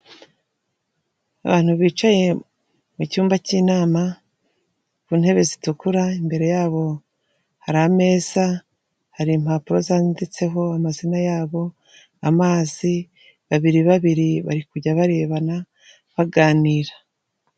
Abantu bicaye mu cyumba cy'inama ku ntebe zitukura, imbere yabo hari ameza hari impapuro zanditseho amazina yabo, amazi babiri babiri bari kujya barebana baganira.